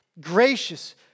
gracious